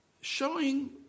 showing